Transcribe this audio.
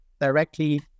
directly